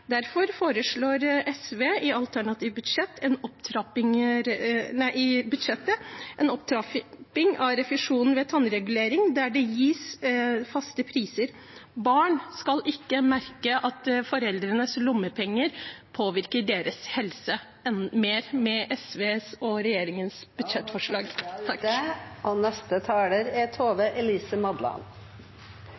Derfor foreslår SV i forbindelse med budsjettet en opptrapping av refusjonen ved tannregulering der det gis faste priser. Barn skal ikke merke at foreldrenes lommebøker påvirker deres helse mer med SV og regjeringens budsjettforslag. Landet vårt får no eit budsjett som tek landet i ei ny, betre og